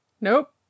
Nope